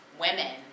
women